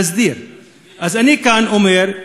אני כאן אומר,